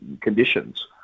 conditions